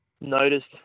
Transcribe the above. noticed